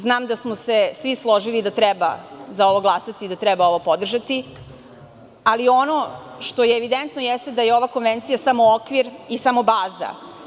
Znam da smo se svi složili da treba za ovo da glasamo, da treba ovo da podržimo, ali ono što je evidentno jeste da je ova konvencija samo okvir i samo baza.